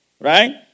right